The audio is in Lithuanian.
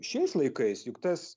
šiais laikais juk tas